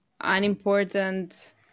unimportant